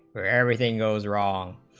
where everything goes wrong